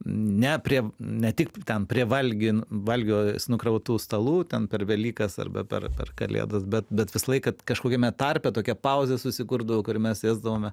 ne prie ne tik ten prie valgio valgio nukrautų stalų tam per velykas arba per per kalėdas bet bet visą laiką kažkokiame tarpe tokia pauzė susikurdavo kur mes sėsdavome